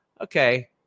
okay